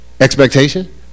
expectation